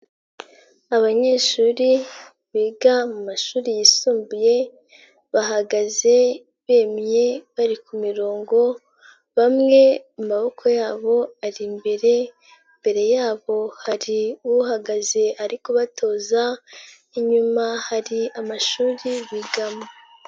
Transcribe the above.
Abanyeshuri biga mu mashuri yisumbuye, bahagaze bemeye bari ku mirongo bamwe amaboko yabo ari imbere, imbere yabo hari uhagaze ari kubatoza, inyuma hari amashuri bigamo.